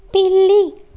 పిల్లి